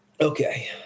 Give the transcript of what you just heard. okay